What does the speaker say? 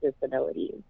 disabilities